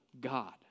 God